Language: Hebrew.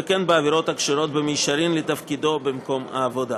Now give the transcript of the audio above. וכן בעבירות הקשורות במישרין לתפקידו במקום העבודה.